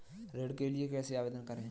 ऋण के लिए कैसे आवेदन करें?